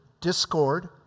discord